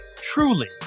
truly